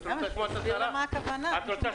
שתסביר למה הכוונה.